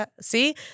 See